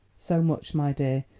so much, my dear,